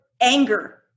anger